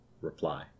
reply